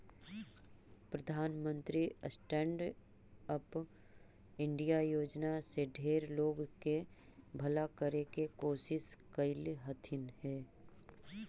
प्रधानमंत्री stand up India योजना से ढेर लोग सब के भला करे के कोशिश कयलथिन हे